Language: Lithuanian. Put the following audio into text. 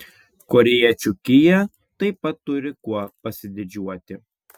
korėjiečių kia taip pat turi kuo pasididžiuoti